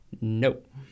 Nope